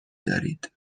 دارید